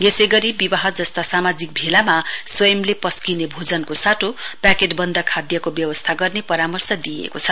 यसै गरी विवाह जस्ता सामाजिक भेलामा स्वयंले पस्किने भोजनको साटो प्याकेट बन्द खाद्यको व्यवस्था गर्ने परामर्श दिइएको छ